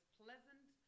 pleasant